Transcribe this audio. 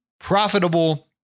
profitable